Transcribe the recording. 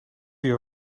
you